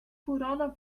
furono